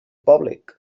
public